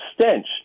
stench